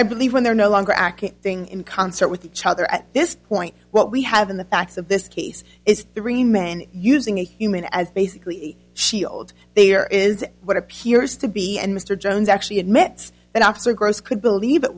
i believe when they're no longer acting thing in concert with each other at this point what we have in the facts of this case is three men using a human as basically a shield there is what appears to be and mr jones actually admits that officer gross could believe it